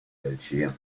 belgium